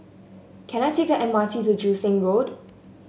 can I take the M R T to Joo Seng Road